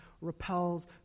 repels